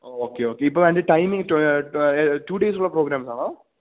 okay okay ഇപ്പം അതിൻ്റെ time today's ഉള്ള പ്രോഗ്രാമ്സാണോ